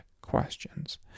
questions